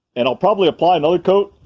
and i'll probably apply another coat,